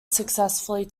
successfully